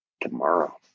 tomorrow